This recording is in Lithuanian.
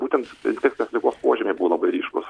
būtent infekcinės ligos požymiai buvo labai ryškūs